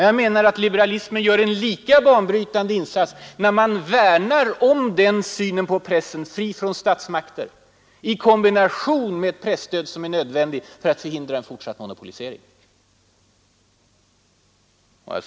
Jag menar att liberalismen gör en lika banbrytande insats nu när man värnar om den synen på pressen — fri från statsmakten — i kombination med ett presstöd som är nödvändigt för att förhindra en fortsatt monopolisering.